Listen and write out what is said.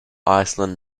iceland